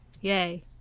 Yay